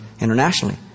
internationally